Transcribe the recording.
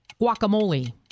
guacamole